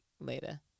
Later